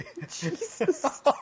Jesus